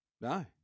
No